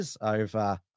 over